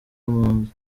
impunzi